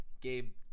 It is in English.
Gabe